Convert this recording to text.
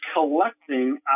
collecting